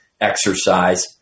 exercise